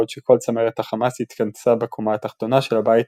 בעוד שכל צמרת החמאס התכנסה בקומה התחתונה של הבית,